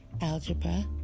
algebra